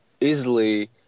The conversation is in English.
easily